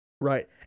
Right